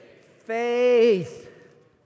faith